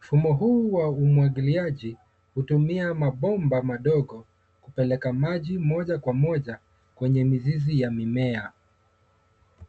Mfumo huu wa umwagiliaji hutumia mabomba madogo kupeleka maji moja kwa moja kwenye mizizi ya mimea.